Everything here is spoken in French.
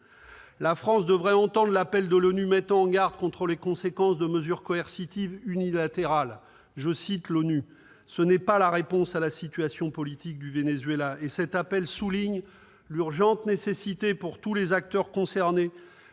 La France devrait entendre l'appel de l'ONU mettant en garde contre les conséquences des mesures coercitives unilatérales en ces termes :« Ce n'est pas la réponse à la situation politique du Venezuela. » Cet appel souligne « l'urgente nécessité pour tous les acteurs concernés